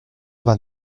vingt